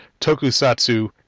tokusatsu